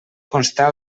constar